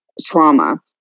trauma